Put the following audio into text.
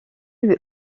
lui